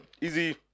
easy